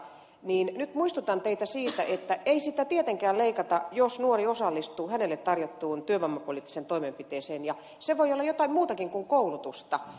nyt muistutan teitä siitä että ei sitä tietenkään leikata jos nuori osallistuu hänelle tarjottuun työvoimapoliittiseen toimenpiteeseen ja se voi olla jotakin muutakin kuin koulutusta